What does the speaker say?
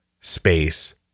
space